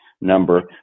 number